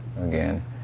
again